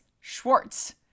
Schwartz